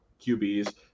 QBs